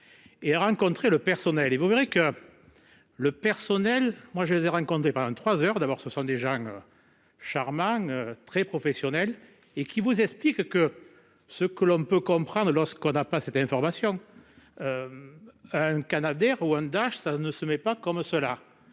a rencontré le personnel et vous verrez que. Le personnel moi je les ai rencontrés pendant 3h. D'abord ce sont des gens. Charmants très professionnel et qui vous expliquent que ce que l'on peut comprendre lorsqu'on n'a pas cette information. Un Canadair. Rwanda, ça ne se met pas comme cela.